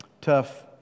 tough